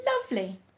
lovely